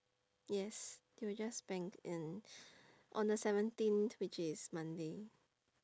yes it will just bank in on the seventeen which is monday